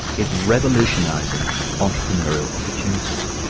is revolutionizing entrepreneurial opportunities.